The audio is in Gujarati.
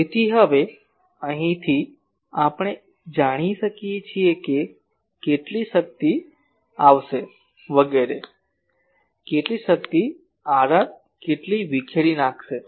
તેથી હવે અહીંથી આપણે એ જાણી શકીએ છીએ કે કેટલી શક્તિ આવશે વગેરે કેટલી શક્તિ Rr કેટલી વિખેરી નાખશે